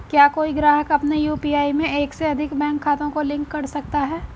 क्या कोई ग्राहक अपने यू.पी.आई में एक से अधिक बैंक खातों को लिंक कर सकता है?